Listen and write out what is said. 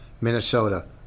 Minnesota